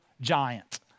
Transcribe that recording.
giant